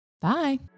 Bye